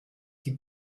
die